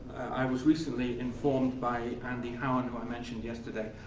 i was recently informed by andy houwen, who i mentioned yesterday,